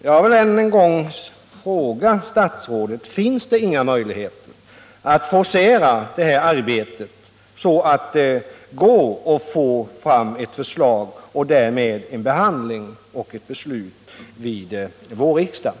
Jag vill därför fråga statsrådet: Finns det inga möjligheter att forcera det här arbetet så att man kan få fram ett förslag och därmed en behandling och ett beslut under vårriksdagen?